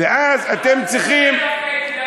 אז למה אתה מדבר דווקא אתי?